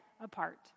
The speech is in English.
apart